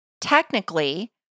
Technically